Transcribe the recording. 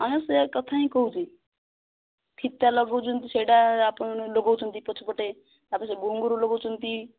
ହଁ ସେ କଥା ହିଁ କହୁଛି ଫିତା ଲଗୋଉଛନ୍ତି ସେଇଟା ଆପଣ ଲଗୋଉଛନ୍ତି ପଛପଟେ ତାପରେ ସେ ଘୁଙ୍ଗୁରୁ ଲଗୋଉଛନ୍ତି